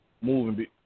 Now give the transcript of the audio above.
moving